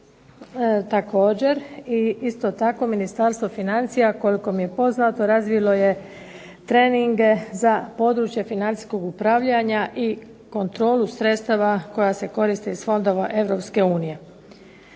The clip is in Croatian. i isto tako Ministarstvo financija, koliko mi je poznato, razvilo je treninge za područje financijskog upravljanja i kontrolu sredstava koja se koriste iz fondova